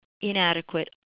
inadequate